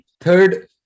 Third